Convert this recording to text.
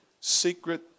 secret